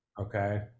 Okay